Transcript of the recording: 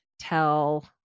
tell